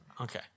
Okay